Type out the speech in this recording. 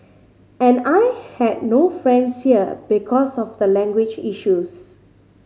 and I had no friends here because of the language issues